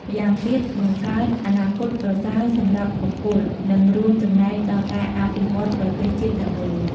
ម្យ៉ាងទៀត បង្កើតអនាគតប្រសើរសម្រាប់បុគ្គល និងរួមចំណែកដល់ការអភិវឌ្ឍន៍ប្រទេសជាតិទាំងមូល។